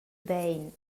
bein